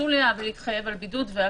בקונסוליה ולהתחייב על בידוד.